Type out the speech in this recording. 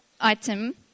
item